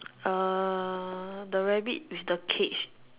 uh the rabbit with the cage